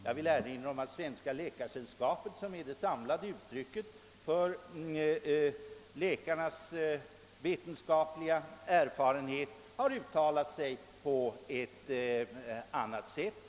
Jag vill erinra om att Svenska läkaresällskapet, som är det samlade uttrycket för läkarnas vetenskapliga erfarenhet, har uttalat sig på ett annat sätt.